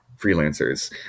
freelancers